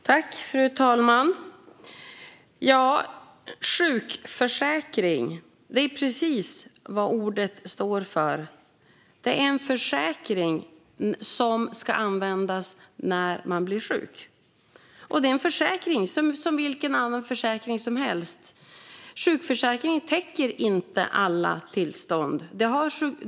Fru talman! Sjukförsäkring - det är precis vad ordet står för. Det är en försäkring som ska användas när man blir sjuk. Det är en försäkring som vilken annan försäkring som helst. Sjukförsäkringen täcker inte alla tillstånd.